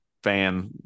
fan